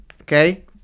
Okay